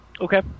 Okay